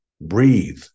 breathe